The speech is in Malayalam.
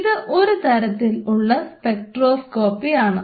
ഇത് ഒരു തരത്തിലുള്ള സ്പെക്ട്രോസ്കോപ്പി ആണ്